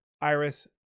Iris